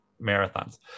marathons